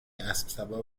اسبسوار